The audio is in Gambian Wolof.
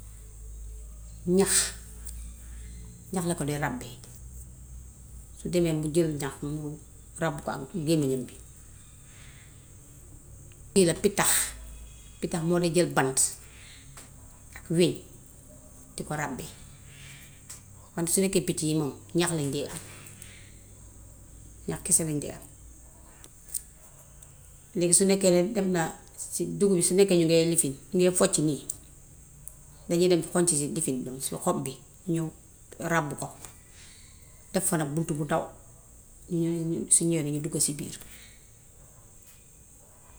Ñax, nax la ko dee ràbbe. Su deme ba jël nax mi ràbb ko ak gémminam bi. Lii la pittax. Pittax moo de jël bant ak hëñ di ko ràbbe. Man su nekkee picc yi moom ñax lañ dee am, ñax kese lañ de am. Léegi su nekke ne dem naa si dun bi si lekka yi ngee indi fii, mu ngee focc nii, dangay dem konte ci lifin bi, xob bi ñu ràbb ko, def fa nag buntu bu ndaw, bu ñówee, su ñówee nag dugg si biir.